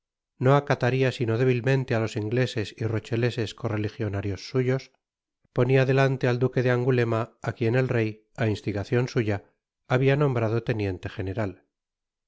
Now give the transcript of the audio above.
no atacaría sino débilmente á los ingleses y rocheleses correligionarios suyos ponia delante al duque de angulema á quien el rey a instigacion suya habia nombrado teniente general